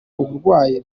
uburwayi